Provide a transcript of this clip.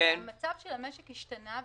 המצב של המשק השתנה.